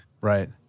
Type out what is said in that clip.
Right